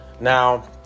Now